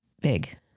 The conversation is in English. Big